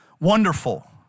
wonderful